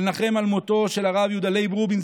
לנחם על מותו של הרב יהודה לייב רובין,